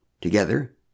Together